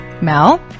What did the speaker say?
Mel